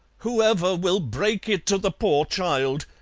whoever will break it to the poor child?